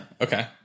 Okay